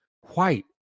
white